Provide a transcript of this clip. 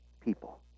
people